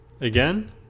again